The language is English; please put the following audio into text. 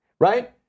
Right